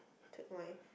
took my